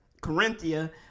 Corinthia